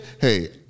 hey